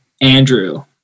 Andrew